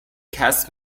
cast